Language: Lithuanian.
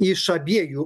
iš abiejų